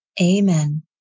Amen